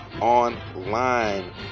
online